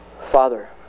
Father